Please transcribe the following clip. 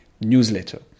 newsletter